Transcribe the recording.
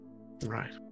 Right